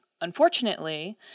Unfortunately